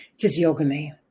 physiognomy